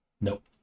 Nope